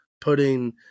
putting